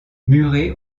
murée